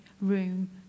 room